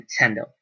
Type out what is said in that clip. Nintendo